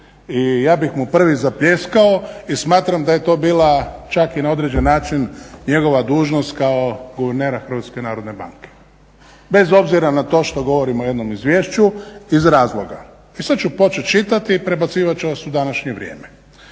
ja bih mu prvi zapljeskao i smatram da je to bila čak i na određen način njegova dužnost kao guvernera Hrvatske narodne banke bez obzira na to što govorimo o jednom izvješću iz razloga. I sad ću počet čitati i prebacivat ću vas u današnje vrijeme.